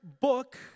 book